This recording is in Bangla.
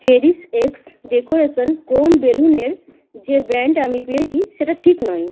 চেরিশ এক্স ডেকোরেশান ক্রোম বেলুনের যে ব্র্যান্ড আমি পেয়েছি সেটা ঠিক নয়